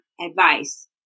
advice